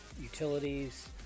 utilities